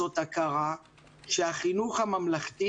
זאת הכרה שהחינוך הממלכתי,